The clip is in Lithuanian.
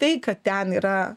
tai kad ten yra